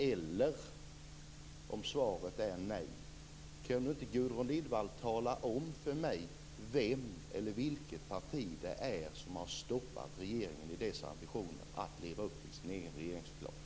Eller, om svaret är nej, kan inte Gudrun Lindvall tala om för mig vem eller vilket parti det är som har stoppat regeringen i dess ambitioner att leva upp till sin egen regeringsförklaring?